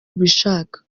ubishaka